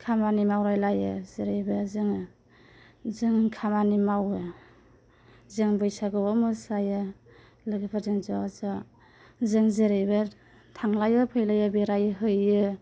खामानि मावलायलायो जेरैबो जोङो जों खामानि मावो जों बैसागु मोसायो लोगोफोरजों ज' ज' जों जोरैबो थांलायो फैलायो बेरायहैयो